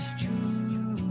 true